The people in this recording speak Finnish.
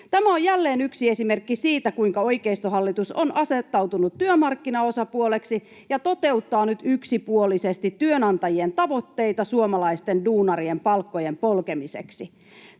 Tämä on jälleen yksi esimerkki siitä, kuinka oikeistohallitus on asettautunut työmarkkinaosapuoleksi ja toteuttaa nyt yksipuolisesti työnantajien tavoitteita suomalaisten duunarien palkkojen polkemiseksi.